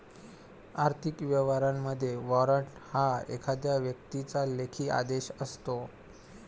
आर्थिक व्यवहारांमध्ये, वॉरंट हा एखाद्या व्यक्तीचा लेखी आदेश असतो